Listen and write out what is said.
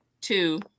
two